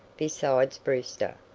besides brewster.